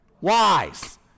wise